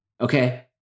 okay